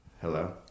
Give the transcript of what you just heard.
hello